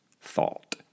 thought